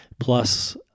plus